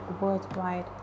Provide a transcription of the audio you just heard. worldwide